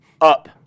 up